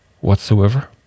whatsoever